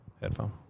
headphone